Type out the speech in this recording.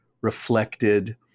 reflected